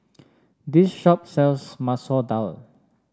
this shop sells Masoor Dal